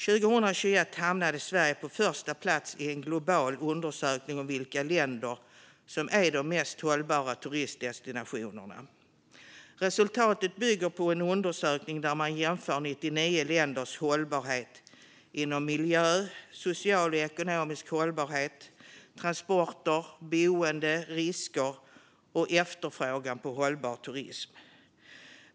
År 2021 hamnade Sverige på första plats i en global undersökning om vilka länder som är de mest hållbara turistdestinationerna. Resultatet bygger på en undersökning där man jämför 99 länders hållbarhet inom miljö, sociala och ekonomiska förhållanden, transporter, boende, risker och efterfrågan på hållbar turism.